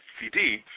CD